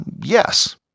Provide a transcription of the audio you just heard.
yes